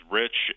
rich